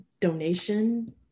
donation